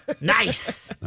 nice